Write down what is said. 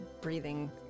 breathing